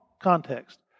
context